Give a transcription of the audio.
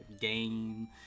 game